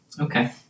Okay